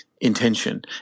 intention